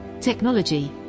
technology